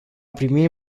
primit